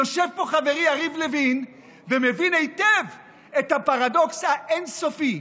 יושב פה חברי יריב לוין ומבין היטב את הפרדוקס האין-סופי.